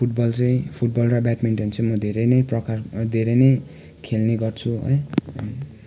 football चाहिँ football र badminton चाहिँ म धेरै नै प्रकार धेरै नै खेल्ने गर्छु है